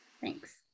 Thanks